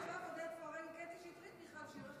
הינה, עכשיו עודד פורר, קטי שטרית, מיכל שיר.